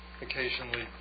occasionally